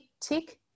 tick